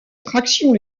traction